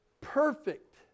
perfect